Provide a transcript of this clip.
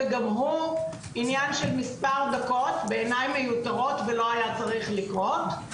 וגם הוא עניין של מספר דקות בעיניי מיותרות ולא היה צריך לקרות.